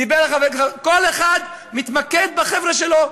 דיבר חבר הכנסת, כל אחד מתמקד בחבר'ה שלו.